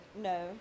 no